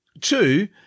Two